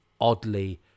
oddly